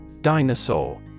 Dinosaur